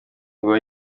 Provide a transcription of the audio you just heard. nguwo